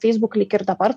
facebook lyg ir dabar